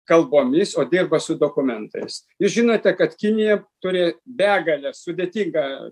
kalbomis o dirba su dokumentais jūs žinote kad kinija turi begalę sudėtingą